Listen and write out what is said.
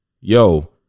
Yo